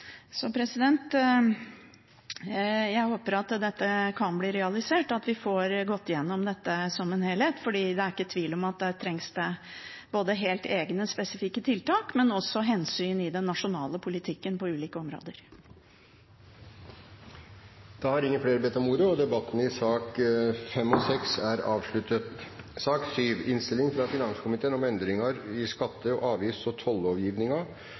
Jeg håper dette kan bli realisert, og at vi får gått igjennom dette som en helhet, for det er ingen tvil om at det trengs både helt egne, spesifikke tiltak og hensyn i den nasjonale politikken på ulike områder. Flere har ikke bedt om ordet til sakene nr. 5 og 6. Jeg tror ikke det er noen fare for at jeg skal bruke hele taletiden. Hoveddebatten om